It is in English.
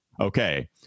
Okay